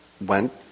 went